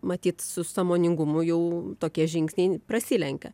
matyt su sąmoningumu jau tokie žingsniai prasilenkia